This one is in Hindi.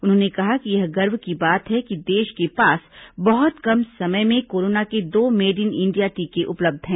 उन्होंने कहा कि यह गर्व की बात है कि देश के पास बहुत कम समय में कोरोना के दो मेड इन इंडिया टीके उपलब्ध हैं